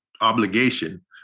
obligation